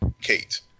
Kate